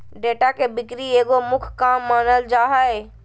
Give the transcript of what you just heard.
data के बिक्री एगो मुख्य काम मानल जा हइ